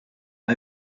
out